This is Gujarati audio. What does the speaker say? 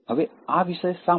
હવે આ વિષય શા માટે